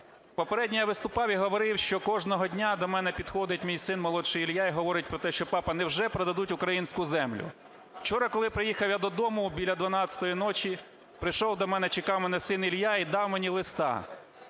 Попередньо я виступав і говорив, що кожного дня до мене підходить мій син молодший Ілля і говорить про те, що, папа, невже продадуть українську землю. Вчора, коли приїхав я додому біля 12 ночі, пришов до мене, чекав мене син Ілля, і дав мені листа.